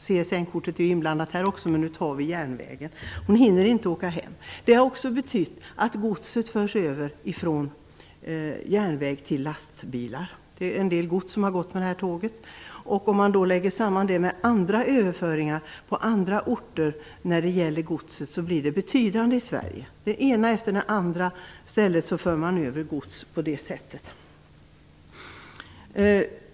Det gäller här även CSN-kortet, men nu diskuterar vi järnvägen. Hon hinner inte åka hem. Godstrafiken förs också över från järnväg till lastbilar. En del gods har transporterats med det här tåget. Om man lägger samman det här med andra överföringar av gods på andra orter i Sverige är det fråga om en betydande omfattning. På den ena efter den andra orten för man över gods på det sättet.